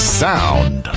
sound